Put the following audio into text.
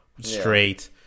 straight